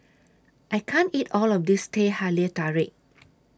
I can't eat All of This Teh Halia Tarik